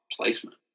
placement